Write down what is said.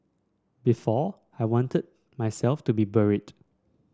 before I wanted myself to be buried